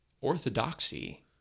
orthodoxy